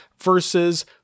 versus